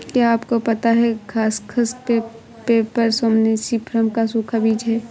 क्या आपको पता है खसखस, पैपर सोमनिफरम का सूखा बीज है?